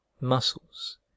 muscles